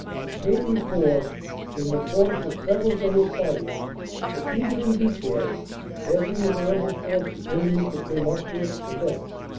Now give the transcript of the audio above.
the canadian corps in the course of several days fighting defeated in detail every available fbrce the enemy could bring up to its defense.